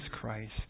Christ